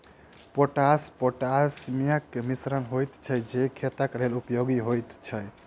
potash पोटासियमक मिश्रण होइत छै जे खेतक लेल उपयोगी होइत अछि